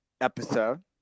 episode